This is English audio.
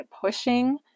pushing